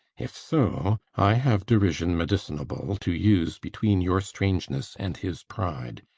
if so, i have derision med'cinable to use between your strangeness and his pride,